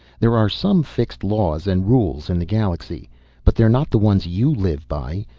there are some fixed laws and rules in the galaxy but they're not the ones you live by.